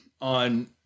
on